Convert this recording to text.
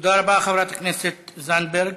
תודה רבה, חברת הכנסת זנדברג.